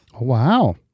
Wow